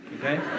Okay